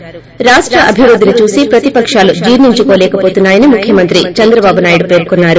ప్రాప్ష అభివృద్ధిని చూసి ప్రతిపకాలు జీర్లించుకోలేకపోతున్నా యని ముఖ్యమంత్రి చంద్రబాబు నాయుడు పేర్కొన్నారు